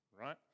Right